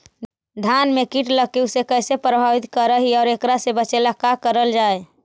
धान में कीट लगके उसे कैसे प्रभावित कर हई और एकरा से बचेला का करल जाए?